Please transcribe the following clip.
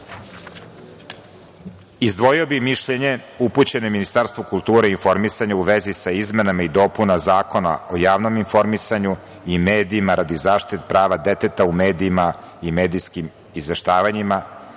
prava. Izdvojio bih mišljenje upućeno Ministarstvu kulture i informisanja u vezi sa izmenama i dopunama Zakona o javnom informisanju i medijima radi zaštite prava deteta u medijima i medijskim izveštavanjima,